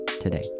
today